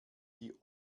die